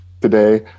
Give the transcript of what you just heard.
today